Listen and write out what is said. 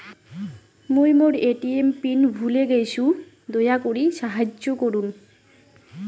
মুই মোর ATM pin ভুলে গেইসু, দয়া করি সাহাইয্য করুন